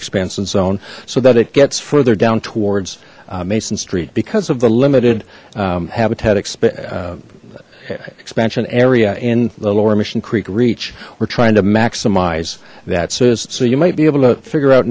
expansion zone so that it gets further down towards mason street because of the limited habitat expansion area in the lower mission creek reach we're trying to maximize that says so you might be able to figure out